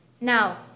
Now